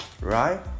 right